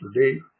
today